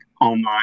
online